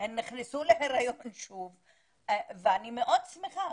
הן נכנסו להיריון שוב, ואני מאוד שמחה.